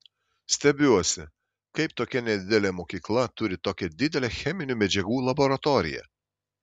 stebiuosi kaip tokia nedidelė mokykla turi tokią didelę cheminių medžiagų laboratoriją